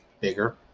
bigger